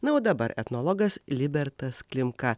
na o dabar etnologas libertas klimka